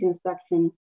section